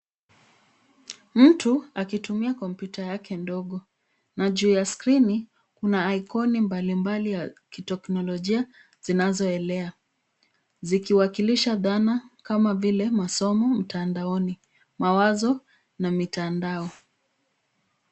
Mtu akitumia kompyuta yake ndogo na juu ya skrini kuna aikoni mbalimbali ya kiteknolojia zinazoelea zikiwakilisha dhana kama vile masomo mtandaoni, mawazo na mitandao.